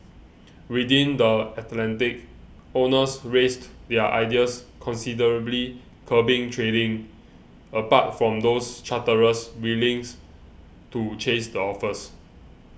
within the Atlantic owners raised their ideas considerably curbing trading apart from those charterers willing to chase the offers